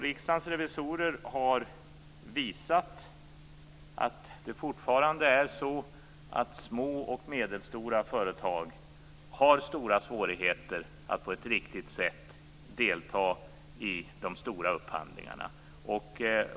Riksdagens revisorer har visat att det fortfarande är så att små och medelstora företag har stora svårigheter att på ett riktigt sätt delta i de stora upphandlingarna.